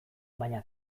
baina